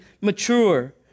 mature